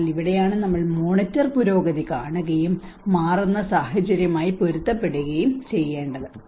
അതിനാൽ ഇവിടെയാണ് നമ്മൾ മോണിറ്റർ പുരോഗതി കാണുകയും മാറുന്ന സാഹചര്യങ്ങളുമായി പൊരുത്തപ്പെടുകയും ചെയ്യേണ്ടത്